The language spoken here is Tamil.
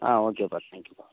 ஆ ஓகேப்பா தேங்க்யூப்பா